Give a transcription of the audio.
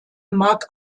mag